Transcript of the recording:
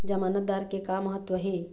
जमानतदार के का महत्व हे?